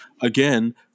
again